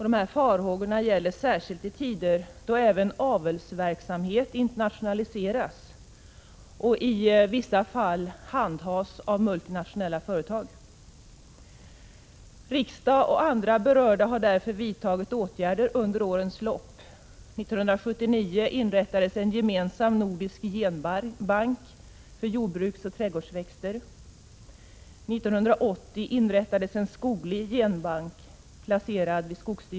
Dessa farhågor är särskilt aktuella i tider då även avelsverksamhet internationaliseras och i vissa fall handhas av multinationella bolag. Riksdag och andra berörda har därför vidtagit åtgärder under årens lopp: År 1979 inrättades en gemensam nordisk genbank för jordbruksoch trädgårdsväxter.